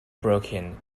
broken